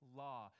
law